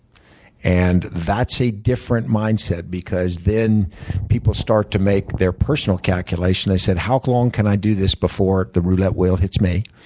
and that's a different mindset because then people start to make their personal calculation. they said, how long can i do this before the roulette wheel hits me?